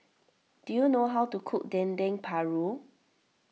do you know how to cook Dendeng Paru